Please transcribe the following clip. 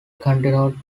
continued